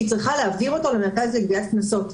שהיא צריכה להעביר למרכז לגביית קנסות.